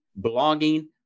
blogging